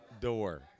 Door